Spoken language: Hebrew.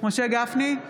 משה גפני,